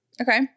Okay